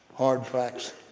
hard facts,